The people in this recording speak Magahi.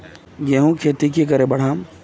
गेंहू खेती की करे बढ़ाम?